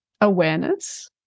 awareness